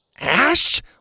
Ash